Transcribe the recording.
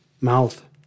mouth